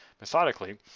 methodically